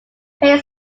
pay